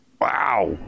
Wow